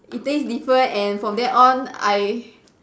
it taste different and from then on I